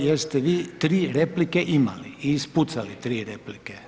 Ovaj, jer ste vi tri replike imali i ispucali tri replike.